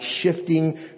shifting